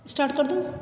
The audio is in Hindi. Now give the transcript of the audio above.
स्टार्ट कर दूँ